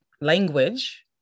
language